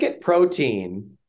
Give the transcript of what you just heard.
protein